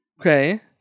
Okay